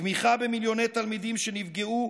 תמיכה במיליוני תלמידים שנפגעו,